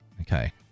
Okay